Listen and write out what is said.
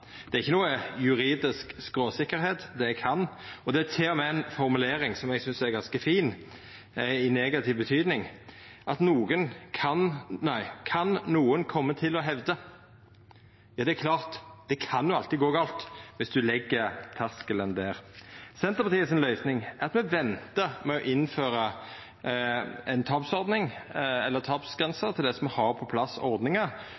Det er ikkje noka juridisk skråsikkerheit, det er «kan». Det er til og med ei formulering eg synest er ganske fin, i negativ betyding: «kan noen komme til å hevde». Ja, det er klart, det kan alltid gå gale viss ein legg terskelen der. Senterpartiet si løysing er at me ventar med å